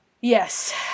Yes